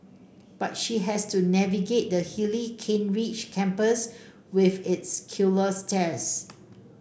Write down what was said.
but she had to navigate the hilly Kent Ridge campus with its killer stairs